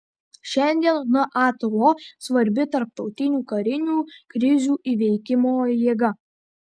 šiandien nato svarbi tarptautinių karinių krizių įveikimo jėga